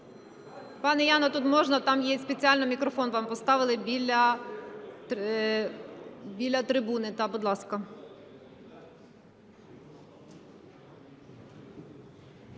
Пані Яно, тут можна, там є, спеціально мікрофон вам поставили біля трибуни.